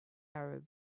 arab